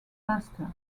master